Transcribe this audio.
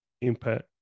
impact